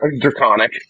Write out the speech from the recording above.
draconic